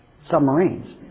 submarines